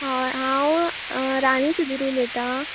होय हांव राणी सुदीर उलयता